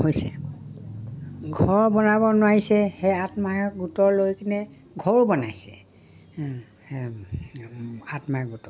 হৈছে ঘৰ বনাব নোৱাৰিছে সেই আত্মসহায়ক গোটৰ লৈ কিনে ঘৰো বনাইছে আত্মসহায়ক গোটৰ